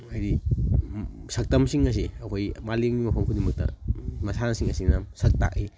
ꯍꯥꯏꯗꯤ ꯁꯛꯇꯝꯁꯤꯡ ꯑꯁꯤ ꯑꯩꯈꯣꯏ ꯃꯥꯂꯦꯝꯒꯤ ꯃꯐꯝ ꯈꯨꯗꯤꯡꯃꯛꯇ ꯃꯁꯥꯟꯅꯁꯤꯡ ꯑꯁꯤꯅ ꯁꯛ ꯇꯥꯛꯏ